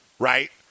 Right